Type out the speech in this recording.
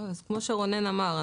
כמו שרונן אמר,